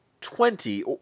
twenty